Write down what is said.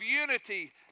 unity